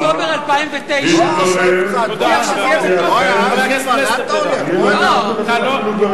ראש הממשלה הבטיח עד אוקטובר 2009. הבטיח שזה יהיה בתוקף.